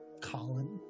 Colin